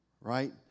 right